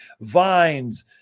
vines